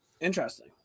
Interesting